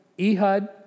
Ehud